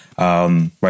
right